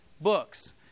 books